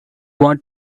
want